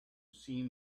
see